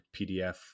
PDF